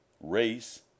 race